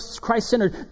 Christ-centered